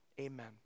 amen